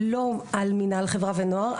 לא על מנהל חברה ונוער,